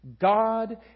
God